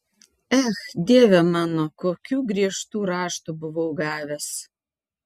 ech dieve mano kokių griežtų raštų buvau gavęs